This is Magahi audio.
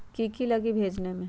की की लगी भेजने में?